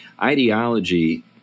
ideology